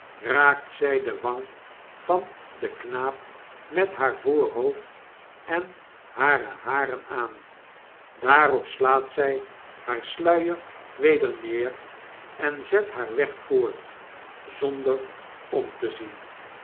zjj de wang van den knaap met haar voorhoofd en hare haren aan daarop slaat zy haar sluier weder neer en zet haar weg voort zonder om te zien